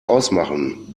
ausmachen